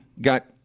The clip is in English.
got